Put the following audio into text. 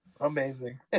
amazing